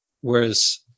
Whereas